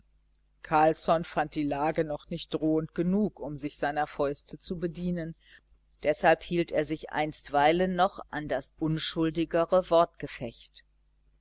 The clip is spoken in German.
carlsson fand die lage noch nicht drohend genug um sich seiner fäuste zu bedienen deshalb hielt er sich einstweilen noch an das unschuldigere wortgefecht